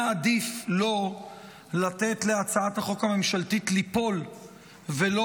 היה עדיף לו לתת להצעת החוק הממשלתית ליפול ולא